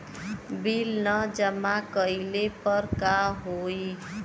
Bill न जमा कइले पर का होई?